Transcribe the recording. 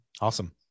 Awesome